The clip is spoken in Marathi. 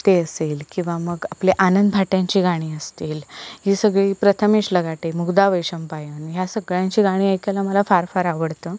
ते असेल किंवा मग आपले आनंद भाटेंची गाणी असतील ही सगळी प्रथमेश लघाटे मुग्धा वैशंपायन या सगळ्यांची गाणी ऐकायला मला फार फार आवडतं